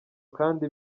kandi